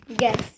Yes